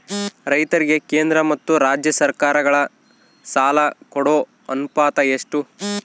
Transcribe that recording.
ರೈತರಿಗೆ ಕೇಂದ್ರ ಮತ್ತು ರಾಜ್ಯ ಸರಕಾರಗಳ ಸಾಲ ಕೊಡೋ ಅನುಪಾತ ಎಷ್ಟು?